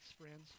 friends